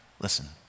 listen